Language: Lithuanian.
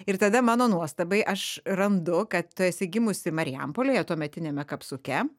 ir tada mano nuostabai aš randu kad tu esi gimusi marijampolėje tuometiniame kapsuke